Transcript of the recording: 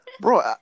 bro